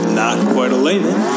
not-quite-a-layman